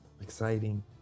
Exciting